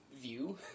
view